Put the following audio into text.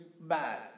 bad